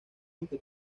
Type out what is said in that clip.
aunque